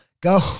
Go